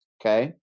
okay